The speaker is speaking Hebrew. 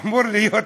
אמור להיות עדר.